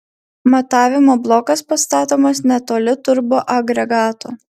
matavimo blokas pastatomas netoli turboagregato